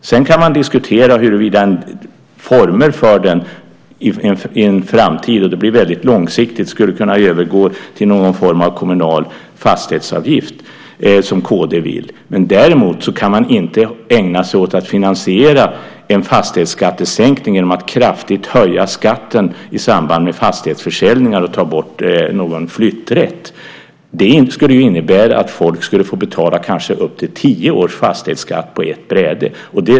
Sedan kan man diskutera formerna för den i en framtid - det blir då väldigt långsiktigt - alltså hur den skulle kunna övergå till en form av kommunal fastighetsavgift, som kd vill. Däremot kan man inte ägna sig åt att finansiera en fastighetsskattesänkning genom att kraftigt höja skatten i samband med fastighetsförsäljningar och ta bort flytträtt. Det skulle innebära att folk fick betala upp till kanske tio års fastighetsskatt på ett bräde.